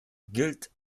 gilt